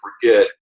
forget